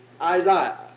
Isaiah